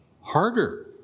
harder